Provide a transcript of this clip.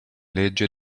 legge